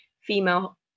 female